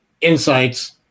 insights